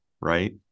right